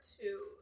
two